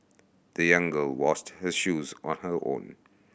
the young girl washed her shoes on her own